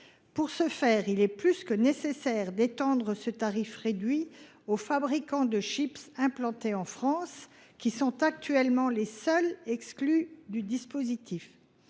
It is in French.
Pour cela, il est indispensable d’étendre ce tarif réduit aux fabricants de chips implantés en France, qui sont actuellement les seuls exclus du dispositif.